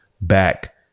back